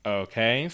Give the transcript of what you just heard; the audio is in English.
okay